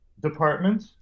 department